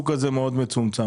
השוק הזה מאוד מצומצם.